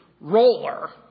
roller